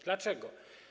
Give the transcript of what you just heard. Dlaczego?